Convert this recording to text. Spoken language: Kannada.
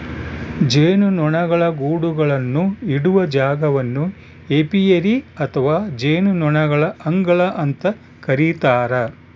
ಜೇನುನೊಣಗಳ ಗೂಡುಗಳನ್ನು ಇಡುವ ಜಾಗವನ್ನು ಏಪಿಯರಿ ಅಥವಾ ಜೇನುನೊಣಗಳ ಅಂಗಳ ಅಂತ ಕರೀತಾರ